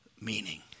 meaning